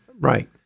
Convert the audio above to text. Right